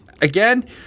again